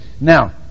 now